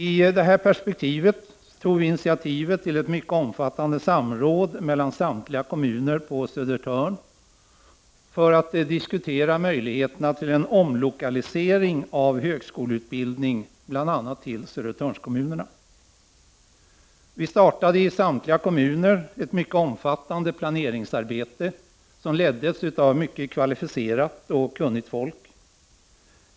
I det perspektivet tog vi initiativ till ett mycket omfattande samråd mellan samtliga kommuner på Södertörn för att diskutera möjligheterna till en omlokalisering av högskoleutbildning, bl.a. till Södertörnskommunerna. Vi startade i samtliga kommuner ett mycket omfattande planeringsarbete som leddes av mycket kvalificerat och kunnigt folk.